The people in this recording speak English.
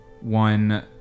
one